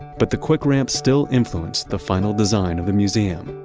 but the quick ramp still influenced the final design of the museum.